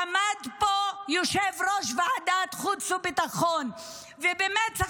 עמד פה יושב-ראש ועדת חוץ וביטחון ובמצח